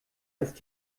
ist